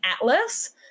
Atlas